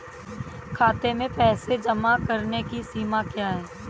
खाते में पैसे जमा करने की सीमा क्या है?